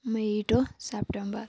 may to September